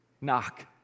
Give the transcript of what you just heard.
knock